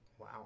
Wow